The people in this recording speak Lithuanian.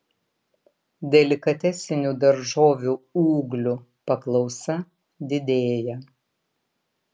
delikatesinių daržovių ūglių paklausa didėja